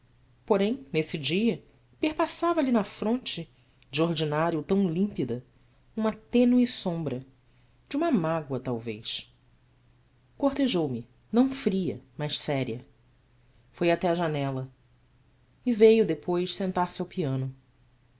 porém nesse dia perpassava lhe na fronte de ordinário tão límpida uma tênue sombra de uma mágoa talvez cortejou me não fria mas séria foi até a janela e veio depois sentar-se ao piano